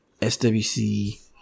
SWC